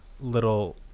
little